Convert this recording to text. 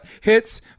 hits